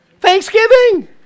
Thanksgiving